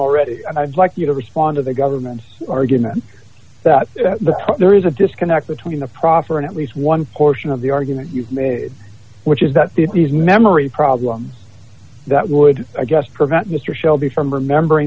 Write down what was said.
already and i'd like you to respond to the government's argument that there is a disconnect between the proffer and at least one portion of the argument you've made which is that these memory problems that would i guess prevent mr shelby from remembering